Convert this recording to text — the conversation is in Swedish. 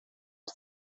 ett